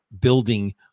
building